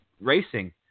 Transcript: racing